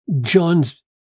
John's